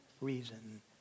reason